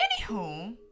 anywho